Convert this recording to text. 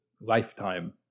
lifetime